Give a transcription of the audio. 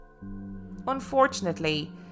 Unfortunately